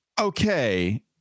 Okay